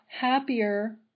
happier